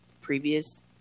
previous